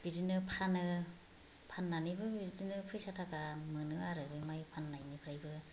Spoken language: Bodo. बिदिनो फानो फाननानैबो बिदिनो फैसा थाका मोनो आरो बे माइ फाननायनिफ्रायबो